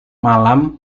malam